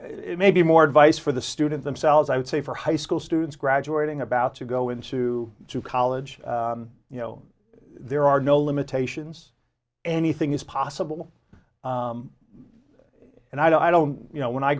say maybe more advice for the students themselves i would say for high school students graduating about to go into to college you know there are no limitations anything is possible and i don't you know when i